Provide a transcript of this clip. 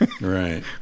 right